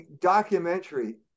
documentary